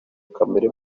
kamere